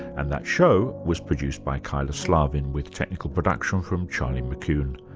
and that show was produced by kyla slaven, with technical production from charlie mckune.